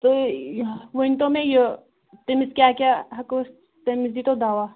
تُہۍ یہِ ؤنۍ تَو مےٚ یہِ تٔمِس کیاہ کیاہ ہیٚکَو أسۍ تٔمِس دیٖتَو دوا